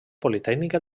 politècnica